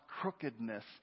crookedness